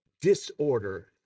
disorder